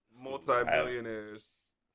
multi-billionaires